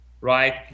right